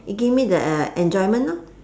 it give me the uh enjoyment lor